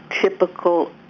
typical